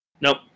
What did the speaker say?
Nope